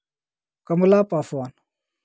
Kamala Paswan